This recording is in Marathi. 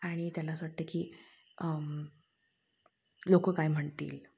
आणि त्याला असं वाटतं की लोकं काय म्हणतील